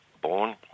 born